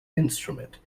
instrument